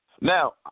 Now